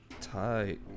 Tight